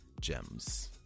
gems